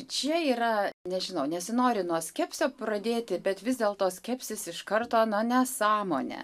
čia yra nežinau nesinori nuo skepsio pradėti bet vis dėlto skepsis iš karto na nesąmonė